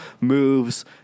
moves